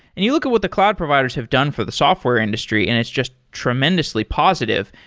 and you look at what the cloud providers have done for the software industry and it's just tremendously positive.